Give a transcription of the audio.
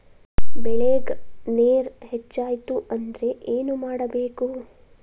ಬೆಳೇಗ್ ನೇರ ಹೆಚ್ಚಾಯ್ತು ಅಂದ್ರೆ ಏನು ಮಾಡಬೇಕು?